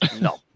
No